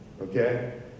okay